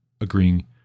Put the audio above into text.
agreeing